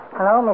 Hello